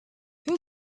who